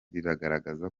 riragaragaza